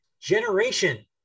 Generation